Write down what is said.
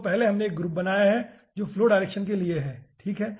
तो पहले हमने एक ग्रुप बनाया है जो फ्लो डायरेक्शन के लिए है ठीक है